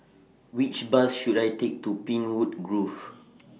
Which Bus should I Take to Pinewood Grove